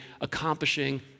accomplishing